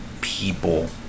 people